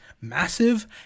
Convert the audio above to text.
massive